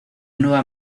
nueva